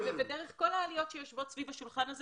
ודרך כל העליות שיושבות סביב השולחן הזה